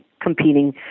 competing